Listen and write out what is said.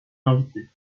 invitées